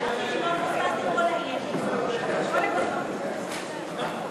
ש"ס להביע אי-אמון בממשלה לא נתקבלה.